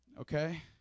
Okay